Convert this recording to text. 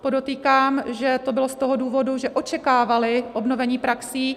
Podotýkám, že to bylo z toho důvodu, že očekávali obnovení praxí.